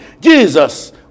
Jesus